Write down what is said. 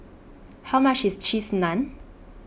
How much IS Cheese Naan